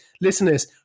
listeners